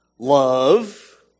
Love